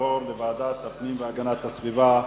ותועבר לוועדת הפנים והגנת הסביבה.